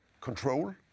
control